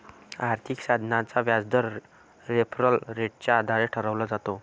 आर्थिक साधनाचा व्याजदर रेफरल रेटच्या आधारे ठरवला जातो